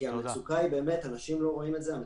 כי המצוקה היא אדירה.